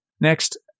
Next